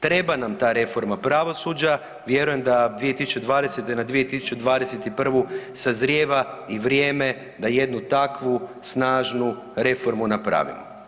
Treba nam ta reforma pravosuđa, vjerujem da 2020. na 2021. sazrijeva i vrijeme da jednu takvu snažnu reformu napravimo.